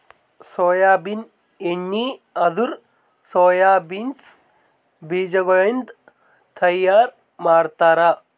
soybean ಎಣ್ಣಿ ಅಂದುರ್ soya beans ಬೀಜಗೊಳಿಂದ್ ತೈಯಾರ್ ಮಾಡ್ತಾರ